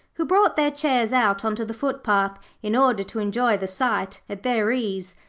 who brought their chairs out on to the footpath in order to enjoy the sight at their ease.